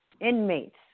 inmates